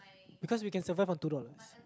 because we can survive on two dollars